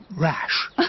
rash